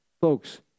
folks